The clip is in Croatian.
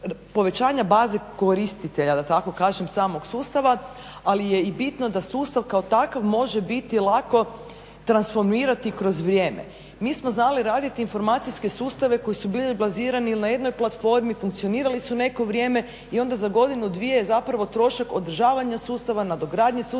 povećanja baze koristitelja da tako kažem samog sustava ali je i bitno da sustav kao takav može biti lako transformirati kroz vrijeme. Mi smo znali raditi informacijske sustave koji su bili bazirani ili na jednoj platformi, funkcionirali su neko vrijeme i onda za godinu, dvije, zapravo trošak održavanja sustava, nadogradnje sustava